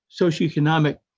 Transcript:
socioeconomic